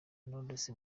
knowless